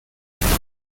ceteron